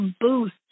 boost